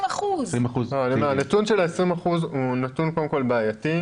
על 20%. הנתון של 20% הוא נתון בעייתי.